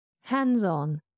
hands-on